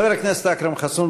חבר הכנסת אכרם חסון,